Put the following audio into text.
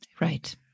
Right